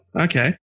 Okay